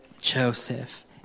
Joseph